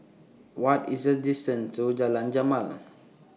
What IS The distance to Jalan Jamal